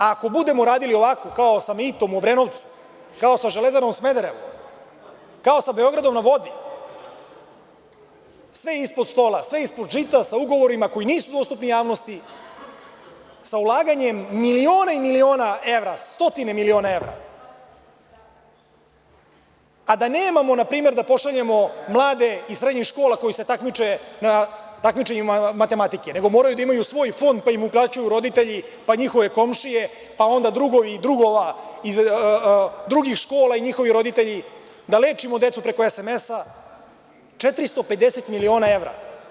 Ako budemo radili ovako kao sa mitom u Obrenovcu, kao sa „Železarom Smederevo“, kao sa „Beogradom na vodi“, sve ispod stola, sve ispod žita, sa ugovorima koji nisu dostupni javnosti, sa ulaganjem miliona i miliona evra, stotine miliona evra, a da nemamo, na primer, da pošaljemo mlade iz srednjih škola koji se takmiče na takmičenjima matematike, nego moraju da imaju svoj fond, pa im uplaćuju roditelji, pa njihove komšije, pa onda drugovi drugova iz drugih škola i njihovi roditelji, da lečimo decu preko SMS-a, 450 miliona evra.